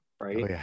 Right